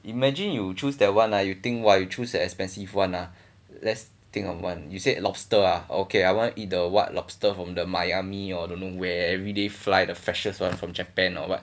imagine you choose that one lah you think why you choose an expensive one lah let's think of one you said lobster ah okay I want eat the what lobster from the miami or don't know where everyday fly the freshest one from japan or what